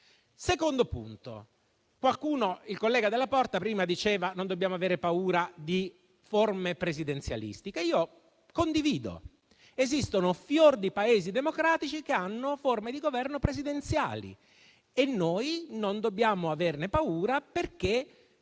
secondo punto, il collega Della Porta prima diceva che non dobbiamo avere paura di forme presidenzialistiche e personalmente lo condivido. Esistono fior di Paesi democratici che hanno forme di governo presidenziali e non dobbiamo averne paura perché,